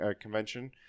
convention